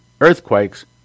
earthquakes